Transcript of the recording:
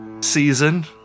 season